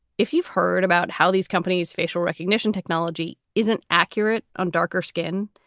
if you've heard about how these companies facial recognition technology isn't accurate on darker skin,